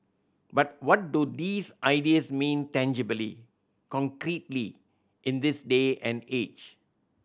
but what do these ideas mean tangibly concretely in this day and age